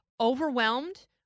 overwhelmed